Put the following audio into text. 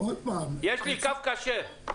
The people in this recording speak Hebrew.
יש לי קו כשר.